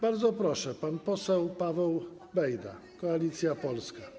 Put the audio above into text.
Bardzo proszę, pan poseł Paweł Bejda, Koalicja Polska.